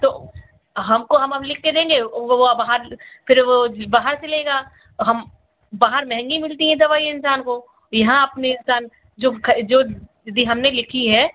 तो हमको हम हम लिखकर देंगे वह वह बाहर फिर वह बाहर से लेगा और हम बाहर महँगी मिलती हैं दवाइयाँ इन्सान को यहाँ अपने इन्सान जो जो दि हमने लिखी है